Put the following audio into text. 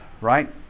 right